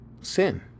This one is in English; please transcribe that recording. sin